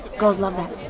girls love that.